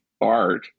art